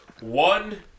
One